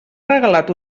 regalat